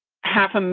half and